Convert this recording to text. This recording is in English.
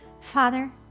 Father